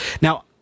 Now